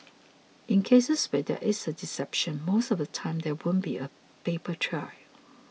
in cases where there is deception most of the time there won't be a paper trail